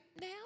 now